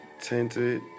Tinted